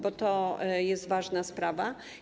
Bo to jest ważna sprawa.